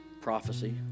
prophecy